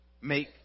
Make